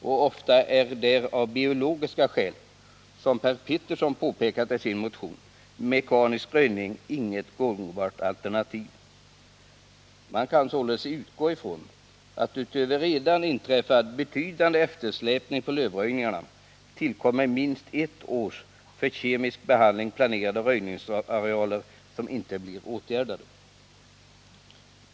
Och ofta är där av biologiska skäl, vilket Per Petersson påpekat i sin motion, mekanisk röjning inget gångbart alternativ. Man kan således utgå ifrån att utöver redan inträffad betydande eftersläpning på lövröjningarna tillkommer minst ett års för kemisk behandling planerade röjningsarealer som inte blir åtgärdade.